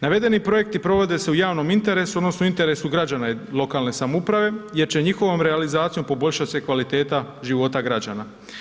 Navedeni projekti provode se u javnom interesu, odnosno interesu građana lokalne samouprave jer će njihovom realizacijom poboljšat se kvaliteta života građana.